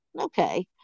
Okay